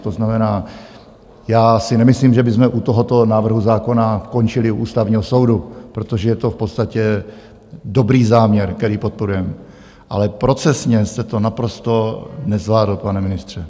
To znamená, já si nemyslím, že bychom u tohoto návrhu zákona končili u Ústavního soudu, protože je to v podstatě dobrý záměr, který podporujeme, ale procesně jste to naprosto nezvládl, pane ministře.